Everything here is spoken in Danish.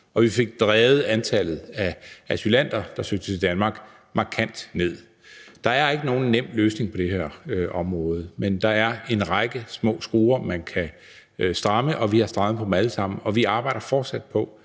og vi fik drevet antallet af asylanter, der søgte til Danmark, markant ned. Der er ikke nogen nem løsning på det her område, men der er en række små skruer, som man kan stramme, og vi har strammet på dem alle sammen. Og vi arbejder fortsat på